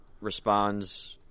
responds